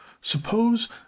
suppose